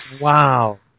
Wow